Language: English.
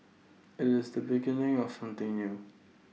IT is the beginning of something new